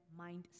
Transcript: mindset